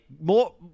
more